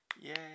Yay